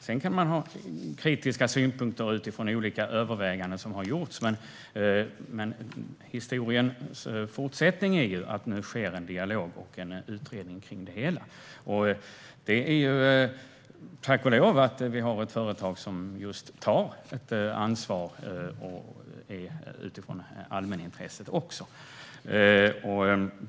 Sedan kan vi ha kritiska synpunkter utifrån olika överväganden som har gjorts, men historiens fortsättning är att det nu förs en dialog och görs en utredning av det hela, detta är tack vare att vi har ett företag som just tar ansvar utifrån allmänintresset.